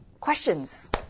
questions